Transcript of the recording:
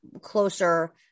closer